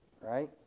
Right